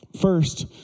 First